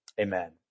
Amen